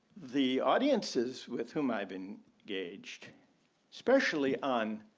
the audiences with whom i've been gauged specially on